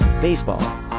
baseball